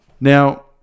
Now